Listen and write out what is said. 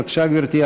בבקשה, גברתי.